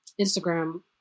Instagram